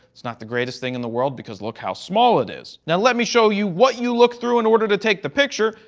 it's not the greatest thing in the world because look how small it is. now let me show you what you look through in order to take the picture.